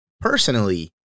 personally